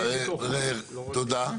סליחה, תודה.